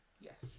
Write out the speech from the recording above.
Yes